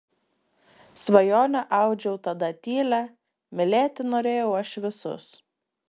svajonę audžiau tada tylią mylėti norėjau aš visus